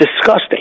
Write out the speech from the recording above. disgusting